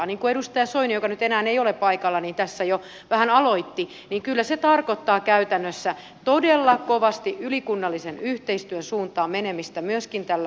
niin kuin edustaja soini joka nyt enää ei ole paikalla tässä jo vähän aloitti kyllä se tarkoittaa käytännössä todella kovasti ylikunnallisen yhteistyön suuntaan menemistä myöskin tällä metropolialueella